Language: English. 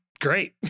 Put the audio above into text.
Great